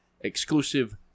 exclusive